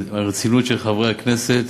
ברצינות של חברי הכנסת,